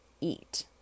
eat